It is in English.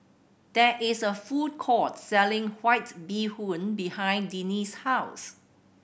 there is a food court selling White Bee Hoon behind Denis' house